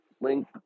link